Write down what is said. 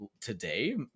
today